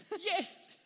Yes